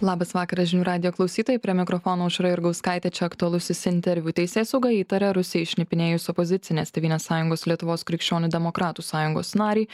labas vakaras žinių radijo klausytojai prie mikrofono aušra jurgauskaitė čia aktualusis interviu teisėsauga įtaria rusijai šnipinėjus opozicinės tėvynės sąjungos lietuvos krikščionių demokratų sąjungos narį